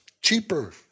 cheaper